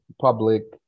public